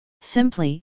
Simply